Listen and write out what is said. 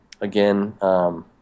again